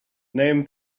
name